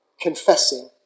confessing